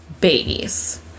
babies